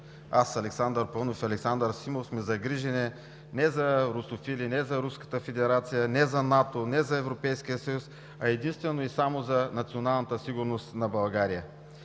аз, Александър Паунов, Александър Симов сме загрижени не за русофили, не за Руската федерация, не за НАТО, не за Европейския съюз, а единствено и само за националната сигурност на България.